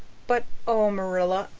but oh, marilla,